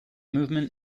movement